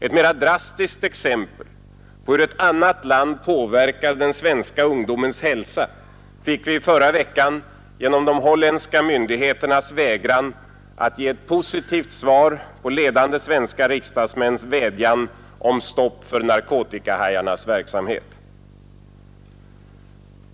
Ett drastiskt exempel på hur ett annat land påverkar den svenska ungdomens hälsa fick vi i förra veckan genom de holländska myndigheternas vägran att ge ett positivt svar på ledande svenska riksdagsmäns vädjan om stopp för narkotikahajarnas verksamhet.